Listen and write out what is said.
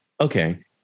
okay